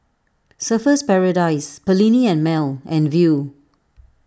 Surfer's Paradise Perllini and Mel and Viu